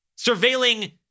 surveilling